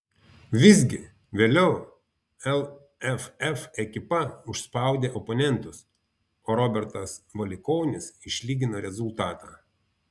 visgi vėliau lff ekipa užspaudė oponentus o robertas valikonis išlygino rezultatą